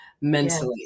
mentally